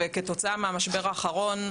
וכתוצאה מהמשבר האחרון,